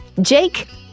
Jake